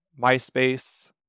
MySpace